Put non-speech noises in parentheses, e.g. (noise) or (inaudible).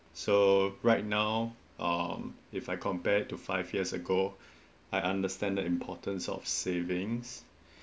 so right now um if I compare to five years ago (breath) I understand the importance of savings (breath)